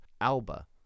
alba